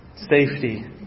Safety